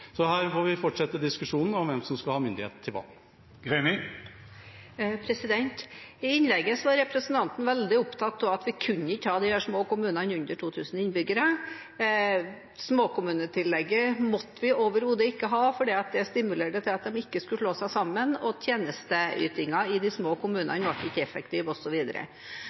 Så her får vi fortsette diskusjonen om hvem som skal ha myndighet til hva. I innlegget sitt var representanten veldig opptatt av at vi ikke kunne ha disse små kommunene med under 2 000 innbyggere. Småkommunetillegget måtte vi overhodet ikke ha, fordi det stimulerte til at de ikke skulle slå seg sammen, og til at tjenesteytingen i de små kommunene ikke ble effektiv, osv. Jeg oppfattet vel at han var